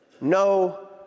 no